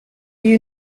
you